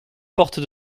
porte